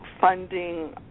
funding